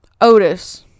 Otis